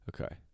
Okay